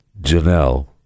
Janelle